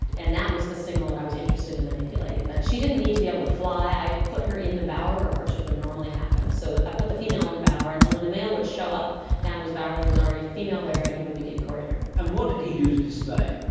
and that was the signal that i was interested in manipulating. but she didn't need to be able to fly. i put her in the bower where courtship would normally happen. so i put the female in the bower, and then when the male would show up down to his bower there was already a female there and he would begin courting her. and what did he do to display?